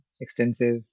extensive